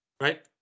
right